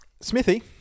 Smithy